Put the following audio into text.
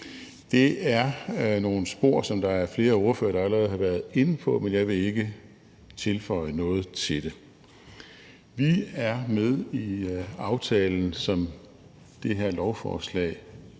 Det er nogle spor, som der er flere ordførere der allerede har været inde på, og jeg vil ikke tilføje noget til det. Vi gik med i aftalen, som det her lovforslag er